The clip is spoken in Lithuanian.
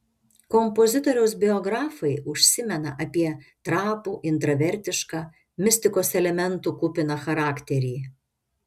kompozitoriaus biografai užsimena apie trapų intravertišką mistikos elementų kupiną charakterį